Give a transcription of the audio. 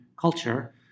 culture